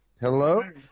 Hello